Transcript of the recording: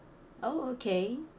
oh okay